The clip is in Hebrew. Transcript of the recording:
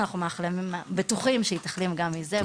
אנחנו בטוחים שהיא תחלים גם מזה,